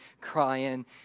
crying